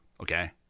okay